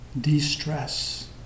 de-stress